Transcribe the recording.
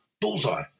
bullseye